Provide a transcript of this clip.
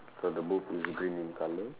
cause the booth is green in color